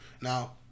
Now